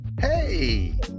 Hey